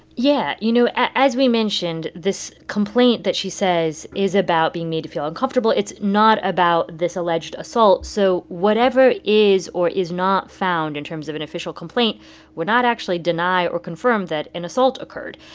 yeah. you know, as we mentioned, this complaint that she says is about being made to feel uncomfortable, it's not about this alleged assault. so whatever is or is not found in terms of an official complaint would not actually deny or confirm that an assault occurred.